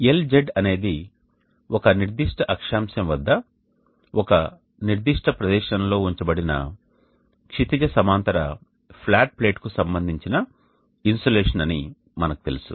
LZ అనేది ఒక నిర్దిష్ట అక్షాంశం వద్ద ఒక నిర్దిష్ట ప్రదేశంలో ఉంచబడిన క్షితిజ సమాంతర ఫ్లాట్ ప్లేట్కు సంబంధించిన ఇన్సోలేషన్ అని మనకు తెలుసు